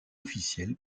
officielles